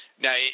Now